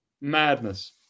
Madness